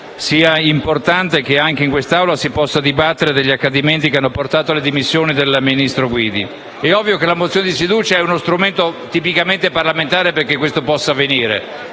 sia importante che anche in quest'Aula si possa dibattere degli accadimenti che hanno portato alle dimissioni del ministro Guidi. La mozione di sfiducia è uno strumento tipicamente parlamentare per far sì che questo possa avvenire